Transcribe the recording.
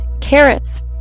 carrots